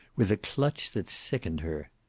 with a clutch that sickened her.